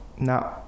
no